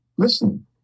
Listen